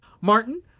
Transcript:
Martin